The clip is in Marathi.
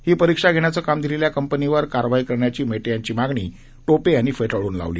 ही परीक्षा घेण्याचं काम दिलेल्या कंपनीवर कारवाई करण्याची मेटे यांची मागणी राजेश टोपे यांनी फेटाळून लावली